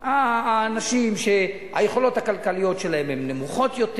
האנשים שהיכולות הכלכליות שלהם הן נמוכות יותר.